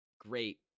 great